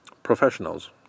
Professionals